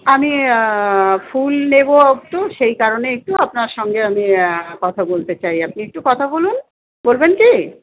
আমি ফুল নেবো একটু সেই কারণে একটু আপনার সঙ্গে আমি কথা বলতে চাই আপনি একটু কথা বলুন বলবেন কি